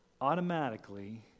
automatically